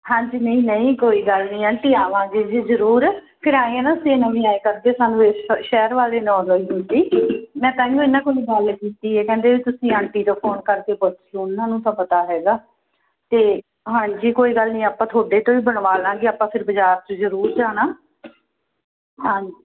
ਹਾਂਜੀ ਨਹੀਂ ਨਹੀਂ ਕੋਈ ਗੱਲ ਨਹੀਂ ਆਂਟੀ ਆਵਾਂਗੇ ਜੀ ਜ਼ਰੂਰ ਫਿਰ ਐਂ ਆ ਨਾ ਅਸੀਂ ਨਵੇਂ ਆਏ ਕਰਕੇ ਸਾਨੂੰ ਸ਼ਹਿਰ ਬਾਰੇ ਨੌਲੇਜ ਨੀਗੀ ਮੈਂ ਤਾਂ ਹੀ ਇਹਨਾਂ ਕੋਲ ਕੀਤੀ ਇਹ ਕਹਿੰਦੇ ਤੁਸੀਂ ਆਂਟੀ ਤੋਂ ਫੋਨ ਕਰਕੇ ਪੁੱਛ ਲਓ ਉਹਨਾਂ ਨੂੰ ਤਾਂ ਪਤਾ ਹੈਗਾ ਅਤੇ ਹਾਂਜੀ ਕੋਈ ਗੱਲ ਨਹੀਂ ਆਪਾਂ ਤੁਹਾਡੇ ਤੋਂ ਹੀ ਬਣਵਾ ਲਵਾਂਗੇ ਆਪਾਂ ਫਿਰ ਬਾਜ਼ਾਰ 'ਚ ਜ਼ਰੂਰ ਜਾਣਾ ਹਾਂਜੀ